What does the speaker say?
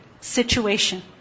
situation